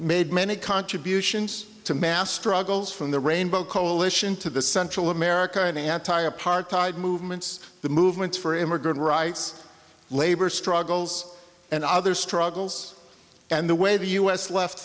made many contributions to mass struggles from the rainbow coalition to the central america in anti apartheid movements the movement for immigrant rights labor struggles and other struggles and the way the u s left